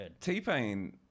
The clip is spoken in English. T-Pain